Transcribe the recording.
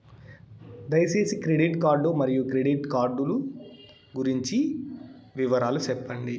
దయసేసి credit card మరియు credit card లు గురించి వివరాలు సెప్పండి?